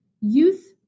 youth